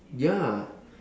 ya